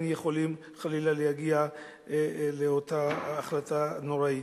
יכולים חלילה להגיע לאותה החלטה נוראית.